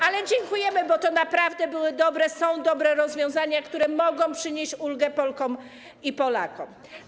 Ale dziękujemy, bo to naprawdę były i są dobre rozwiązania, które mogą przynieść ulgę Polkom i Polakom.